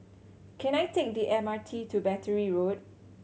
can I take the M R T to Battery Road